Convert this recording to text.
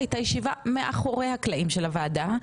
היא הייתה ישיבה מאחורי הקלעים של הועדה,